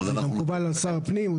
זה גם מקובל על שר הפנים.